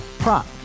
Prop